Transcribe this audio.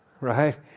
Right